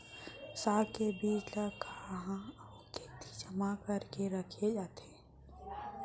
साग के बीज ला कहाँ अऊ केती जेमा करके रखे जाथे?